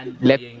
Let